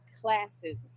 classes